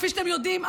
כפי שאתם יודעים,